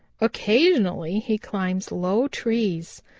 occasionally he climbs low trees.